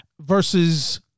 versus